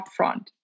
upfront